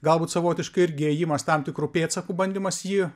galbūt savotiškai irgi ėjimas tam tikru pėdsaku bandymas jį